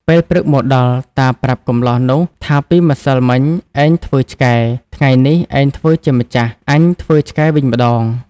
ពេលព្រឹកមកដល់ តាប្រាប់កម្លោះនោះថាពីម្សិលមិញឯងធ្វើឆ្កែ ថ្ងៃនេះឯងធ្វើជាម្ចាស់ អញធ្វើឆ្កែវិញម្ដង។